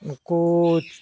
ᱩᱱᱠᱩ